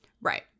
right